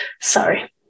Sorry